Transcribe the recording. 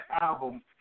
album